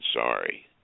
Sorry